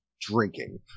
drinking